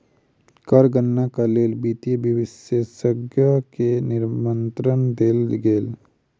कर गणनाक लेल वित्तीय विशेषज्ञ के निमंत्रण देल गेल